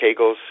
kegels